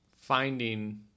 finding